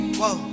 whoa